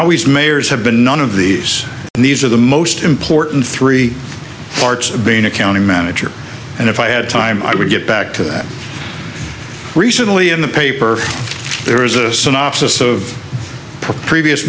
he's mayors have been none of these and these are the most important three parts of being a county manager and if i had time i would get back to that recently in the paper there is a synopsis of previous